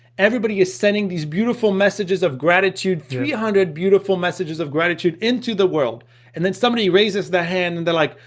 everybody's sending these beautiful messages of gratitude three hundred beautiful messages of gratitude into the world and then somebody raises their hand and they're like,